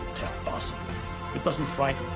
awesome it doesn't fight